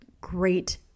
great